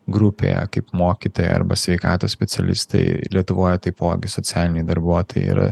grupėje kaip mokytojai arba sveikatos specialistai lietuvoje taipogi socialiniai darbuotojai yra